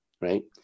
right